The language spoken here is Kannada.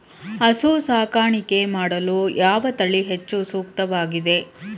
ಹಸು ಸಾಕಾಣಿಕೆ ಮಾಡಲು ಯಾವ ತಳಿ ಹೆಚ್ಚು ಸೂಕ್ತವಾಗಿವೆ?